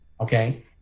okay